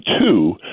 two